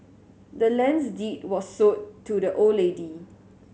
the land's deed was sold to the old lady